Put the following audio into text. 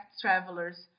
travelers